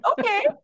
okay